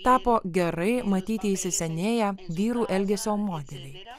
tapo gerai matyti įsisenėję vyrų elgesio modeliai